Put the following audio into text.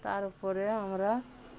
তারপরে আমরা